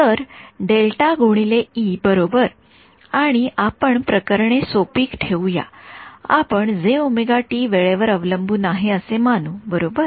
तर बरोबर आणि आपण प्रकरणे सोपी ठेवूया आपण वेळेवर अवलंबून आहे असे मानू बरोबर